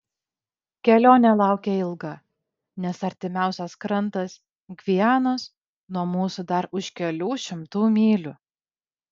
kelionė laukia ilga nes artimiausias krantas gvianos nuo mūsų dar už kelių šimtų mylių